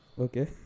Okay